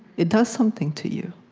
it does something to you.